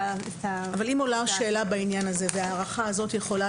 אבל אם עולה שאלה בעניין הזה וההערכה הזו יכולה